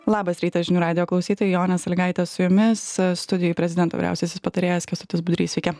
labas rytas žinių radijo klausytojai jonė sąlygaitė su jumis studijoj prezidento vyriausiasis patarėjas kęstutis budrys sveiki